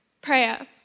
prayer